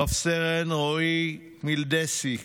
רב-סרן רועי מלדסי,